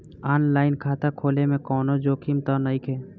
आन line खाता खोले में कौनो जोखिम त नइखे?